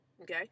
okay